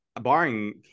barring